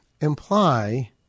imply